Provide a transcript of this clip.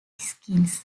skins